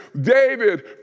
David